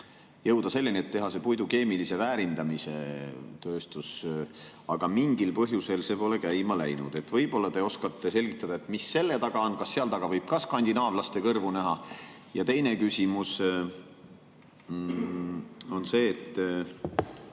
jõuda selleni, et teha siia puidu keemilise väärindamise tööstus, aga mingil põhjusel pole see käima läinud. Võib-olla te oskate selgitada, mis selle taga on, kas seal taga võib ka skandinaavlaste kõrvu näha. Teine küsimus on see,